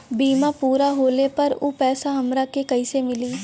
बीमा पूरा होले पर उ पैसा हमरा के कईसे मिली?